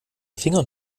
fingern